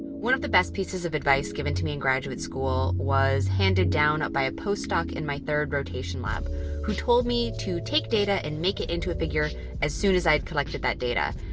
one of the best pieces of advice given to me in graduate school was handed down by a postdoc in my third rotation lab who told me to take data and make it into a figure as soon as i'd collected that data.